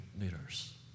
leaders